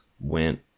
went